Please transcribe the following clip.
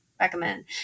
recommend